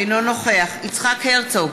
אינו נוכח יצחק הרצוג,